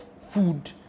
food